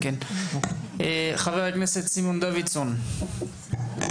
חבר הכנסת סימון דוידסון, בבקשה.